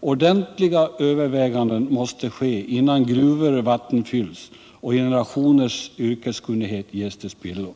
Ordentliga överväganden måste göras innan gruvor vattenfylls och generationers yrkeskunnighet går till spillo.